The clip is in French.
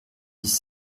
dix